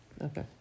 Okay